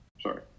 sorry